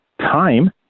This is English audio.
time